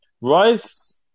Rice